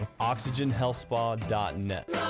OxygenHealthSpa.net